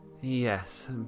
Yes